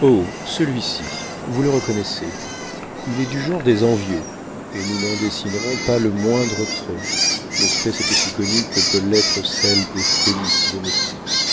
oh celui-ci vous le reconnaissez il est du genre des envieux et nous n'en dessinerons pas le moindre trait l'espèce est aussi connue que peut l'être celle des felis domestiques